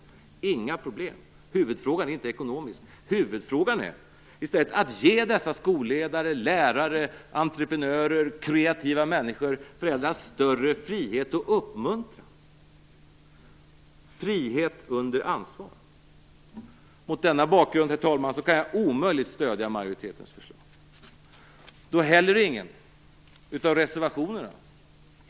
Det är inga problem. Huvudfrågan är inte ekonomisk. Huvudfrågan är i stället att ge dessa skolledare, lärare, entreprenörer, kreativa människor och föräldrar större frihet och uppmuntran. De skall ha frihet under ansvar. Mot denna bakgrund, herr talman, kan jag omöjligt stödja majoritetens förslag. Jag kan inte heller stödja någon av reservationerna.